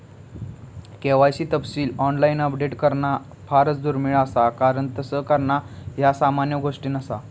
KYC तपशील online update करणा फारच दुर्मिळ असा कारण तस करणा ह्या सामान्य गोष्ट नसा